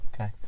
Okay